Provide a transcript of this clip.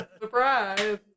Surprise